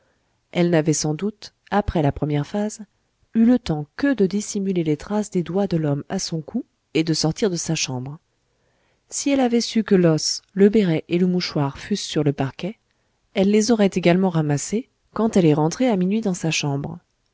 elle n'avait sans doute après la première phase eu que le temps de dissimuler les traces des doigts de l'homme à son cou et de sortir de sa chambre si elle avait su que l'os le béret et le mouchoir fussent sur le parquet elle les aurait également ramassés quand elle est rentrée à minuit dans sa chambre